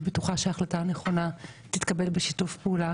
אני בטוחה שההחלטה הנכונה תתקבל בשיתוף פעולה